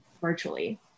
virtually